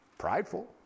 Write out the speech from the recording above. prideful